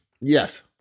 yes